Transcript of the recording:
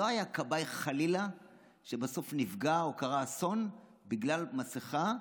לא היה כבאי שחלילה בסוף נפגע או קרה אסון בגלל מסכה,